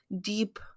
deep